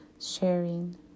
Sharing